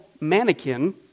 Mannequin